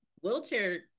wheelchair